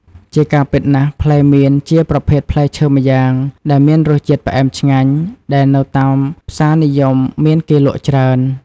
ជាការពិតណាស់ ផ្លែមៀនជាប្រភេទផ្លែឈើម្យ៉ាងដែរមានរសជាតិផ្អែមឆ្ងាញ់ ដែលនៅតាមផ្សារនិយមមានគេលក់ច្រើន។